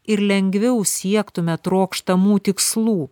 ir lengviau siektume trokštamų tikslų